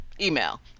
email